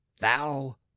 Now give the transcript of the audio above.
thou